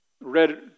read